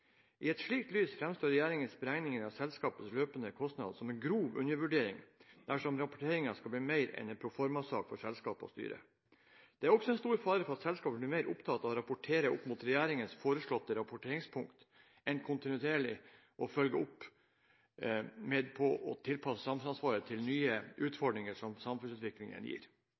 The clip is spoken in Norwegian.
I et slikt lys framstår regjeringens beregning av selskapenes løpende kostnader som en grov undervurdering dersom rapporteringen skal bli mer enn en proformasak for selskap og styre. Det er også en stor fare for at selskapene blir mer opptatt av å rapportere opp mot regjeringens foreslåtte rapporteringspunkter enn kontinuerlig å følge med på og tilpasse samfunnsansvaret til nye utfordringer som samfunnsutviklingen gir.